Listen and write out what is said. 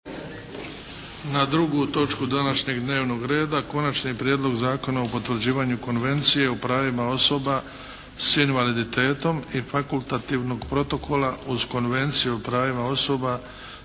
2007. godine raspravio je Prijedlog zakona o potvrđivanju Konvencije o pravima osoba s invaliditetom i fakultativnog protokola uz Konvenciju o pravima osoba